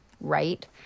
right